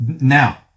now